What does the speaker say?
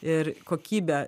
ir kokybę